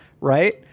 right